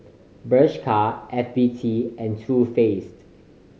Bershka F B T and Too Faced